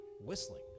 Whistling